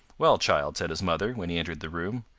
well, child, said his mother, when he entered the room,